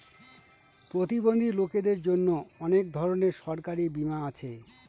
প্রতিবন্ধী লোকদের জন্য অনেক ধরনের সরকারি বীমা আছে